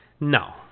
No